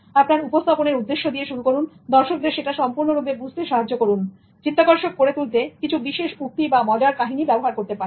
আপনার উপস্থাপনের উদ্দেশ্য দিয়ে শুরু করুন দর্শকদের সেটা সম্পূর্ণরূপে বুঝতে সাহায্য করুন চিত্তাকর্ষক করে তুলতে কিছু বিশেষ উক্তি বা মজার কাহিনী ব্যবহার করুন